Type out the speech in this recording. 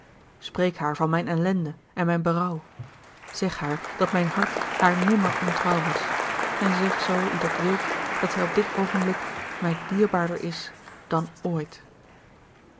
spreek haar van mijn ellende en mijn berouw zeg haar dat mijn hart haar nimmer ontrouw was en zeg zoo u dat wilt dat zij op dit oogenblik mij dierbaarder is dan ooit